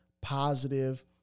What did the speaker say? positive